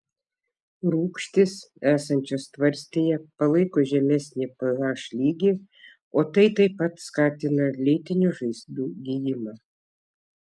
rūgštys esančios tvarstyje palaiko žemesnį ph lygį o tai taip pat skatina lėtinių žaizdų gijimą